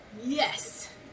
Yes